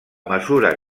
mesura